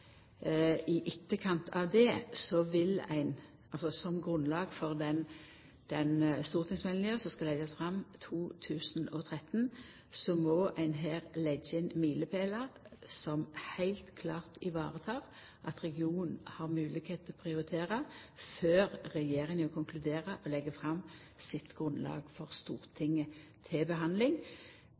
i etterkant av det, som grunnlag for stortingsmeldinga som skal leggjast fram i 2013, må ein her leggja inn milepælar som heilt klart varetek at regionen har moglegheit til å prioritera, før regjeringa konkluderer og legg fram sitt grunnlag for Stortinget til behandling,